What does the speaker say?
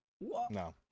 no